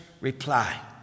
reply